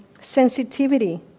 sensitivity